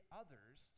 others